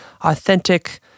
authentic